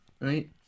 right